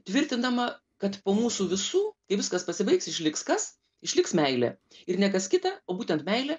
tvirtindama kad po mūsų visų kai viskas pasibaigs išliks kas išliks meilė ir ne kas kita o būtent meilė